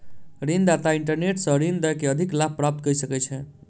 ऋण दाता इंटरनेट सॅ ऋण दय के अधिक लाभ प्राप्त कय सकै छै